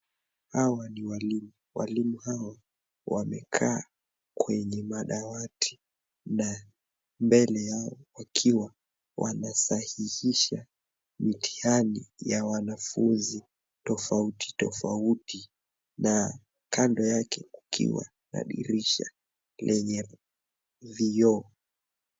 Hawa ni walimu. Walimu hawa wamekaa kwenye madawati na mbele yao wakiwa wanasahihisha mitihani ya wanafunzi tofauti tofauti na kando yake kukiwa na dirisha lenye vioo .